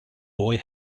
boy